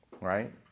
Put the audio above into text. Right